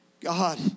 God